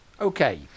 Okay